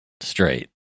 Straight